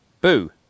Boo